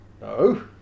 no